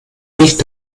nicht